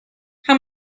how